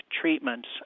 treatments